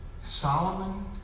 Solomon